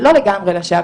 זה לא לגמרי לשווא,